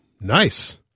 Nice